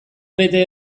bete